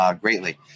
greatly